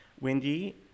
Wendy